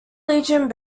legion